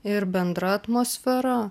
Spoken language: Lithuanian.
ir bendra atmosfera